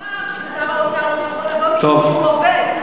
אמר ששר האוצר לא יכול לבוא משום שהוא עובד.